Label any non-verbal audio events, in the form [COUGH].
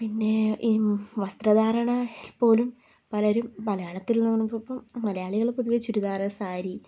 പിന്നെ ഈ വസ്ത്രധാരണ പോലും പലരും മലയാളത്തിൽ [UNINTELLIGIBLE] മലയാളികൾ പൊതുവേ ചുരിദാർ സാരി